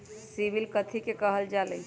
CIBIL कथि के काहल जा लई?